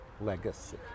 legacy